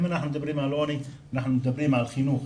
אם אנחנו מדברים על עוני, אנחנו מדברים על חינוך.